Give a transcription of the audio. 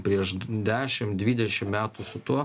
prieš dešim dvidešim metų su tuo